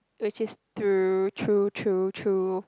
which is true true true true